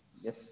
Yes